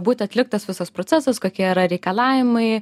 būti atliktas visas procesas kokie yra reikalavimai